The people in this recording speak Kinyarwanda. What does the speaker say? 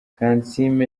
kansiime